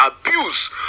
abuse